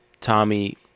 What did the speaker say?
tommy